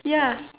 ya